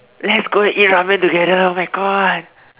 let's go and eat ramen together oh my God